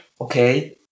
okay